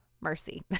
Mercy